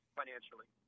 financially